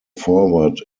forward